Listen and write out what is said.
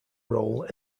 role